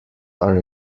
are